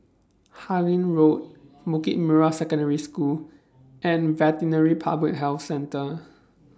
Harlyn Road Bukit Merah Secondary School and Veterinary Public Health Centre